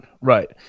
right